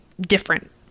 different